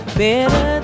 better